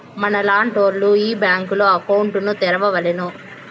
మనలాంటోళ్లు ఈ బ్యాంకులో అకౌంట్ ను తెరవలేరు